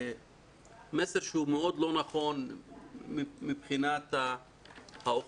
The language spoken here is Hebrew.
מסר שהוא מאוד לא נכון מבחינת האוכלוסייה,